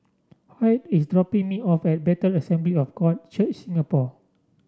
Hoyt is dropping me off at Bethel Assembly of God Church Singapore